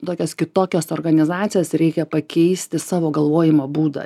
tokias kitokias organizacijas reikia pakeisti savo galvojimo būdą